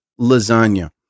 lasagna